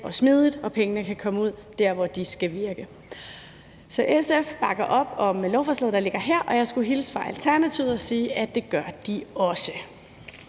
og smidigt, og så pengene kan komme derud, hvor de skal virke. Så SF bakker op om lovforslaget, der ligger her. Og jeg skulle hilse fra Alternativet og sige, at det gør de også.